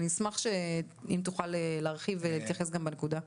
אני אשמח אם תוכל להרחיב ולהתייחס גם לנקודה.